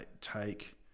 take